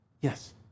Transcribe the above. Yes